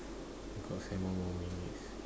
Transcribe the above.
you got seven more minutes